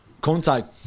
contact